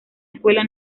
escuela